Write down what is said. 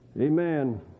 Amen